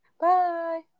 Bye